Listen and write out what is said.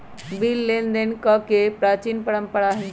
bill लेनदेन कके प्राचीन परंपरा हइ